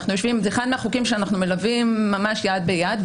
זה אחד מהחוקים שאנחנו מלווים ממש יד ביד,